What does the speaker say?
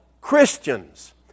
Christians